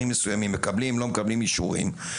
מסוימים ומקבלים או לא מקבלים אישורים,